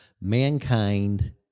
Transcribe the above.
Mankind